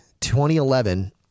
2011